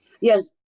Yes